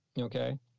okay